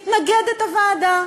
מתנגדת הוועדה.